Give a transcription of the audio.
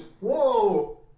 whoa